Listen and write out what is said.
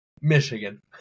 Michigan